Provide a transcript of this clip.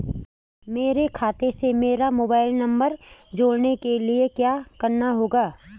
मेरे खाते से मेरा मोबाइल नम्बर जोड़ने के लिये क्या करना होगा?